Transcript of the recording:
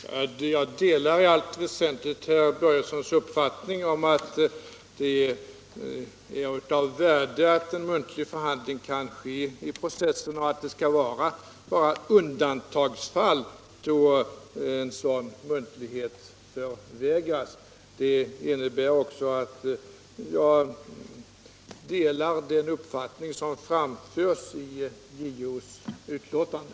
Herr talman! Jag delar i allt väsentligt herr Börjessons i Falköping uppfattning att det är av värde att förhandling kan föras muntligt i en skatteprocess och att rätt till sådan muntlig förhandling endast i undantagsfall skall förvägras den skattskyldige. Det innebär också att jag delar den uppfattning som framförts i JO:s berättelse.